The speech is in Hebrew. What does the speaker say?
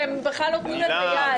שהם בכלל נותנים לזה יד.